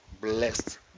blessed